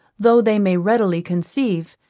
though they may readily conceive,